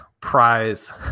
prize